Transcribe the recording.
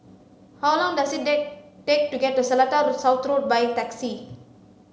how long does it take take to get to Seletar South Road by taxi